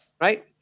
Right